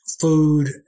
food